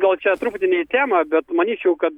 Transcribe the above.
gal čia truputį ne į temą bet manyčiau kad